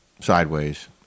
sideways